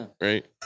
right